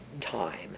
time